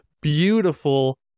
beautiful